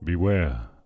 Beware